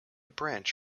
branch